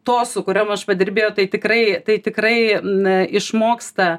tos su kuriom aš padirbėjau tai tikrai tai tikrai na išmoksta